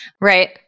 Right